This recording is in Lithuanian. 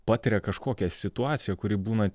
patiria kažkokią situaciją kuri būna